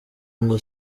ngo